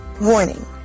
Warning